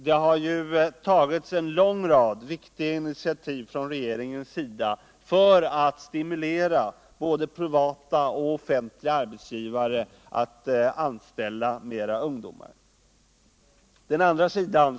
Det har tagits en lång rad viktiga initiativ från regeringens sida för att stimulera både privata och offentliga arbetsgivare att anställa fler ungdomar. Den andra vägen.